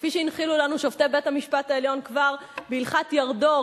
כפי שהנחילו לנו שופטי בית-המשפט העליון כבר בהלכת ירדור,